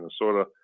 Minnesota